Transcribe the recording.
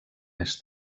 més